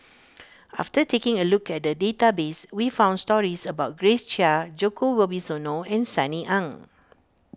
after taking a look at the database we found stories about Grace Chia Djoko Wibisono and Sunny Ang